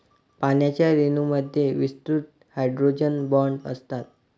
पाण्याच्या रेणूंमध्ये विस्तृत हायड्रोजन बॉण्ड असतात